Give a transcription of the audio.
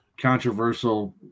controversial